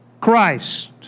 Christ